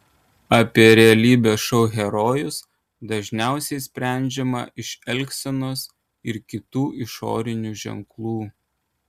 apie realybės šou herojus dažniausiai sprendžiama iš elgsenos ir kitų išorinių ženklų